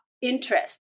interest